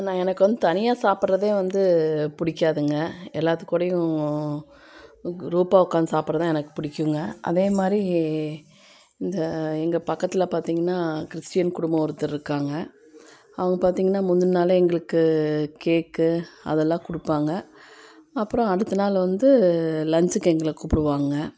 நான் எனக்கு வந்து தனியாக சாப்பிட்றதே வந்து பிடிக்காதுங்க எல்லாத்து கூடேயும் கு குரூப்பாக உட்காந்து சாப்பிட்றதுதான் எனக்கு பிடிக்குங்க அதே மாதிரி இந்த எங்கள் பக்கத்தில் பார்த்தீங்கன்னா கிறிஸ்டின் குடும்பம் ஒருத்தர் இருக்காங்க அவங்க பார்த்தீங்கனா முந்தின நாளே எங்களுக்கு கேக்கு அதெல்லாம் கொடுப்பாங்க அப்புறம் அடுத்த நாள் வந்து லஞ்சுக்கு எங்களை கூப்பிடுவாங்க